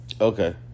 Okay